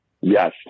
Yes